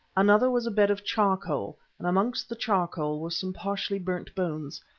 another was a bed of charcoal, and amongst the charcoal were some partially burnt bones,